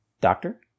doctor